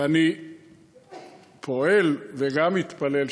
ואני פועל וגם מתפלל,